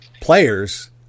players